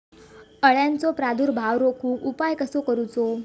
अळ्यांचो प्रादुर्भाव रोखुक उपाय कसो करूचो?